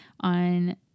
on